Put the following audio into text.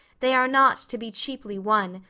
they are not to be cheaply won,